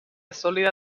sólida